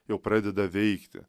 jau pradeda veikti